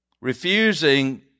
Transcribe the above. Refusing